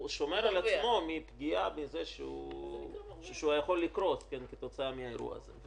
-- הוא שומר על עצמו מפגיעה שיכולה לקרות כתוצאה מהאירוע הזה.